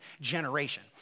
generation